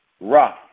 rough